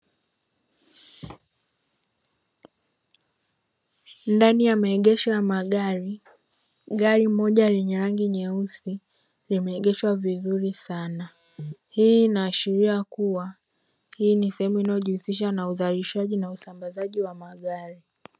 Ndani ya maegesho ya magari, gari moja lenye rangi nyeusi limeegeshwa vizuri sana, hii inaashiri kuwa hii ni sehemu inayojihusisha na uzalishaji na usambazaji wa magari.